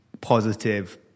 positive